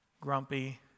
grumpy